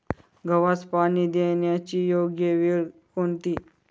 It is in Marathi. गव्हास पाणी देण्याची योग्य वेळ कोणती?